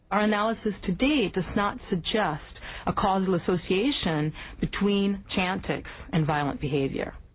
ah analysis to date does not suggest a causal association between chantix and violent behaviour.